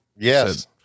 Yes